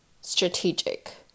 strategic